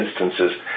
instances